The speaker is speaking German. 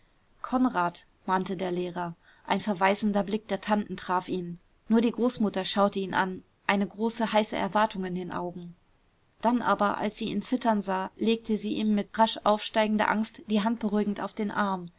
konrad mahnte der lehrer ein verweisender blick der tanten traf ihn nur die großmutter schaute ihn an eine große heiße erwartung in den augen dann aber als sie ihn zittern sah legte sie ihm mit rasch aufsteigender angst die hand beruhigend auf den arm